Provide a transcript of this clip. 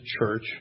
church